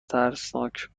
ترسناک